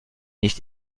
nicht